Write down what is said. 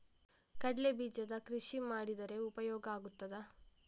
ಕಡ್ಲೆ ಬೀಜದ ಕೃಷಿ ಮಾಡಿದರೆ ಉಪಯೋಗ ಆಗುತ್ತದಾ?